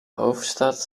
hoofdstad